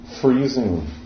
freezing